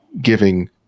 giving